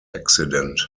accident